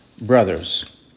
brothers